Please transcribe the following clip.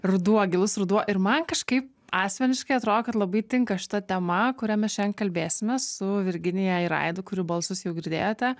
ruduo gilus ruduo ir man kažkaip asmeniškai atrodo kad labai tinka šita tema kuria mes šiandien kalbėsimės su virginija ir aidu kurių balsus jau girdėjote